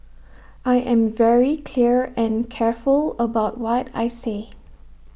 I am very clear and careful about what I say